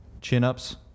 chin-ups